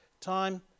time